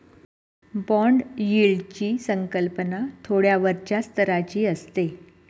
bond यील्डची संकल्पना थोड्या वरच्या स्तराची असते